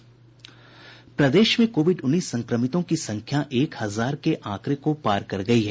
प्रदेश में कोविड उन्नीस संक्रमितों की संख्या एक हजार के आंकडे को पार कर गयी है